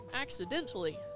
accidentally